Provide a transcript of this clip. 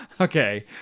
okay